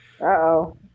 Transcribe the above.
Uh-oh